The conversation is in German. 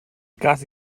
gase